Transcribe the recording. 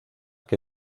que